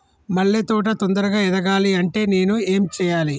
మల్లె తోట తొందరగా ఎదగాలి అంటే నేను ఏం చేయాలి?